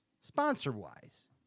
sponsor-wise